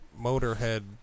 Motorhead